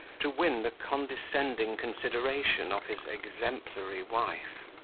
to win the condescending consideration of his exemplary wife.